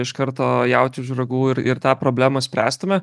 iš karto jautį už ragų ir ir tą problemą spręstume